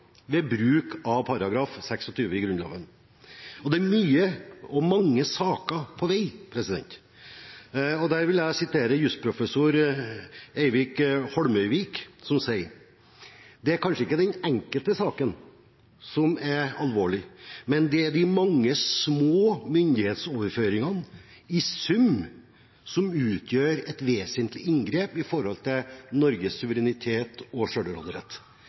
ved bruk av § 26 i Grunnloven, og det er mange saker på vei. Der vil jeg sitere jusprofessor Eirik Holmøyvik, som sier: Det er kanskje ikke den enkelte saken som er alvorlig, det er de mange små myndighetsoverføringene i sum som utgjør et vesentlig inngrep i Norges suverenitet og